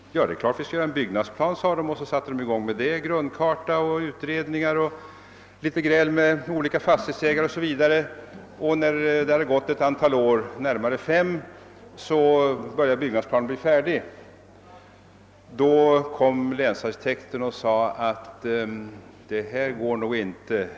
»Det är klart att vi skall göra en byggnadsplan», svarade man och satte i gång med det — grundkarta och utredningar och litet gräl med olika fastighetsägare osv. När det hade gått närmare fem år började byggnadsplanen bli färdig. Då kom länsarkitekten och sade: »Det här går nog inte.